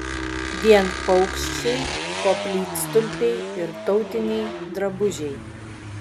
vien paukščiai koplytstulpiai ir tautiniai drabužiai